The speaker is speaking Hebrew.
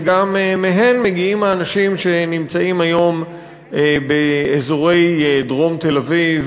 ומהן מגיעים האנשים שנמצאים היום באזורי דרום תל-אביב